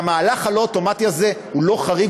והמהלך הלא-אוטומטי הזה הוא לא חריג,